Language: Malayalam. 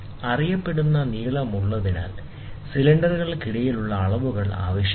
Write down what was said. അറിയപ്പെടുന്ന നീളമുള്ളതിനാൽ സിലിണ്ടറുകൾക്കിടയിൽ അളവുകൾ ആവശ്യമില്ല